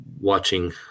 watching